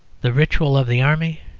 the ritual of the army,